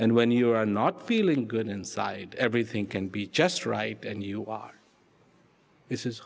and when you are not feeling good inside everything can be just right then you are this is